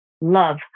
love